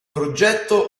progetto